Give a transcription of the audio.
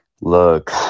Look